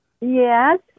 Yes